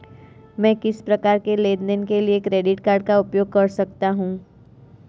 मैं किस प्रकार के लेनदेन के लिए क्रेडिट कार्ड का उपयोग कर सकता हूं?